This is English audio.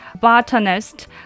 botanist